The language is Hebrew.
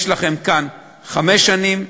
יש לכם כאן חמש שנים,